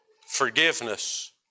forgiveness